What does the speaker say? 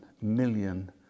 million